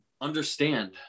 understand